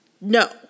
No